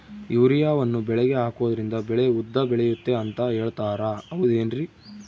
ಯೂರಿಯಾವನ್ನು ಬೆಳೆಗೆ ಹಾಕೋದ್ರಿಂದ ಬೆಳೆ ಉದ್ದ ಬೆಳೆಯುತ್ತೆ ಅಂತ ಹೇಳ್ತಾರ ಹೌದೇನ್ರಿ?